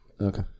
Okay